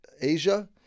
Asia